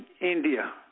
India